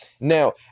Now